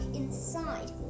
inside